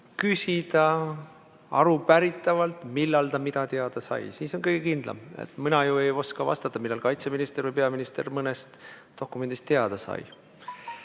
küsida arupäritavalt, millal ta mida teada sai, siis on kõige kindlam. Mina ju ei oska vastata, millal kaitseminister või peaminister mõnest dokumendist teada sai.